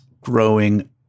growing